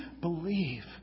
believe